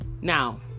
Now